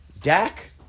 Dak